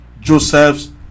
Joseph's